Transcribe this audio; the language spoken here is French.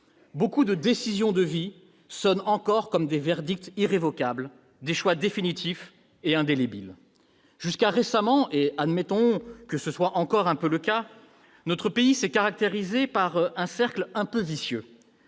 Beaucoup de décisions de vie sonnent encore comme des verdicts irrévocables, comme des choix définitifs et indélébiles. Jusqu'à récemment- admettons que ce soit encore un peu le cas -, notre pays s'est caractérisé par un cercle vicieux